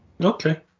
okay